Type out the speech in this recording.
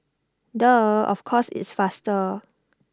duh of course it's faster